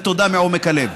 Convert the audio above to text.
תודה מעומק הלב.